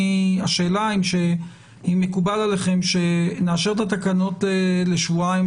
השאלה אם מקובל עליכם שנאשר את התקנות לשבועיים.